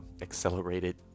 accelerated